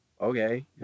okay